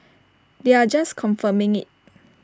they are just confirming IT